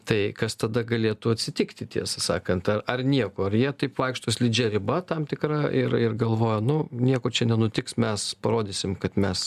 tai kas tada galėtų atsitikti tiesą sakant ar nieko ar jie taip vaikšto slidžia riba tam tikra ir ir galvoja nu nieko čia nenutiks mes parodysim kad mes